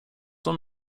hon